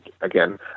again